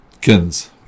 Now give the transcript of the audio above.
Kins